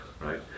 right